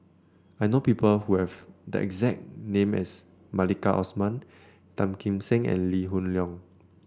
I know people who have the exact name as Maliki Osman Tan Kim Seng and Lee Hoon Leong